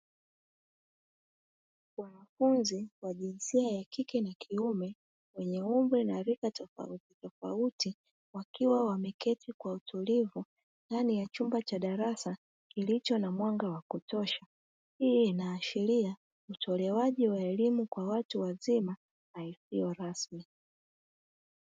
Wanafunzi wa jinsia ya kike na kiume wa rika tofauti tofauti wakiwa wameketi kwa utulivu ndani ya chumba cha darasa kilicho na mwanga wa kutosha. Hii inaashiria utolewaji wa elimu kwa watu wazima na isiyorasmi.